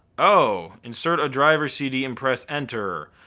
oh, insert a driver cd and press enter.